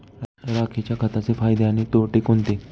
राखेच्या खताचे फायदे आणि तोटे कोणते?